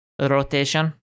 rotation